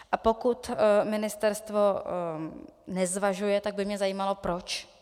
A pokud ministerstvo nezvažuje, tak by mě zajímalo proč.